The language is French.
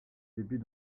débuts